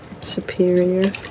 superior